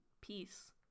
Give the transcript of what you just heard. peace